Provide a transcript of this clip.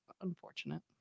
unfortunate